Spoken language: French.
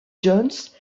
johns